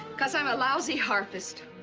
because i'm a lousy harpist.